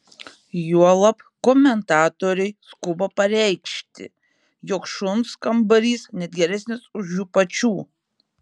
juolab komentatoriai skuba pareikši jog šuns kambarys net geresnis už jų pačių